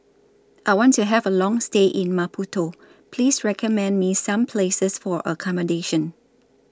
I want to Have A Long stay in Maputo Please recommend Me Some Places For accommodation